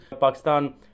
Pakistan